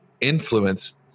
influence